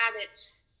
habits